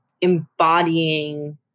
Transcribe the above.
embodying